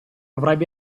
avrebbe